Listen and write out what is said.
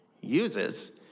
uses